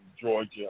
Georgia